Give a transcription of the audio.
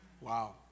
Wow